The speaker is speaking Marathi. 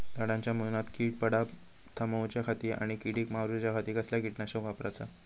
झाडांच्या मूनात कीड पडाप थामाउच्या खाती आणि किडीक मारूच्याखाती कसला किटकनाशक वापराचा?